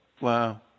Wow